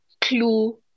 clue